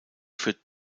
führt